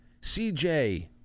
CJ